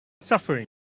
suffering